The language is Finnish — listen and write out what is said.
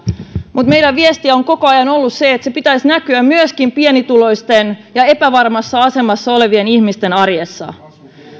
mutta meidän viestimme on koko ajan ollut se että sen pitäisi näkyä myöskin pienituloisten ja epävarmassa asemassa olevien ihmisten arjessa